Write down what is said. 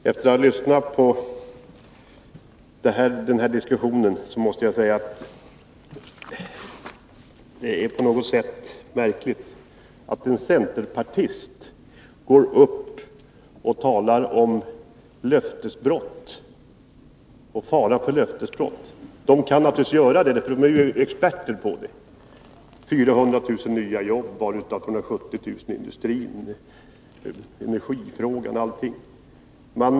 Herr talman! Efter att ha lyssnat på den här debatten måste jag säga att det är på något sätt märkligt att en centerpartist går upp och talar om faran för löftesbrott. Centerpartisterna kan naturligtvis göra det, eftersom de är experter på det — 400 000 nya jobb varav 170 000 i industrin, energifrågan och allting.